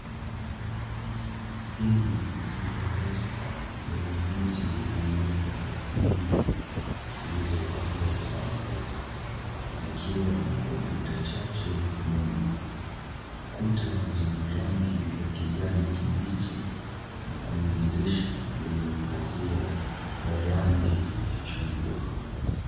Hili ni darasa lenye viti na meza nyingi zilizopangwa safu zikiwa na kompyuta chache nyuma. Kuta zina rangi ya kijani kibichi na kuna dirisha lenye pazia la rangi ya chungwa.